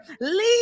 leave